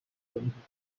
gikoni